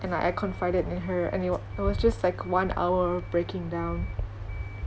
and like I confided in her and it wa~ it was just like one hour breaking down